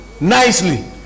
nicely